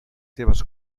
seves